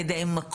על ידי מכות,